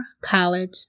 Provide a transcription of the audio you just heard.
college